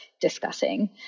discussing